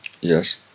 Yes